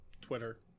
Twitter